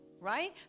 right